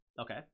Okay